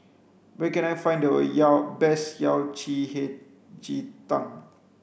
where can I find the Yao best Yao Chi Hei Ji Tang